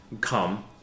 come